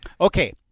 okay